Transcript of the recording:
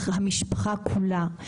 המשפחה כולה,